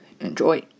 enjoy